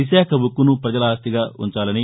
విశాఖ ఉక్కును ప్రజల ఆస్తిగా ఉంచాలని